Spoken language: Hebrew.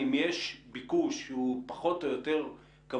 אם יש ביקוש שהוא פחות או יותר קבוע,